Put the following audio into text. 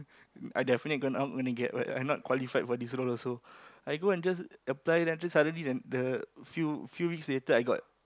I definitely go not going to get but I'm not qualified for this role also I go and just apply then suddenly then the few few weeks later I got